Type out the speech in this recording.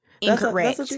incorrect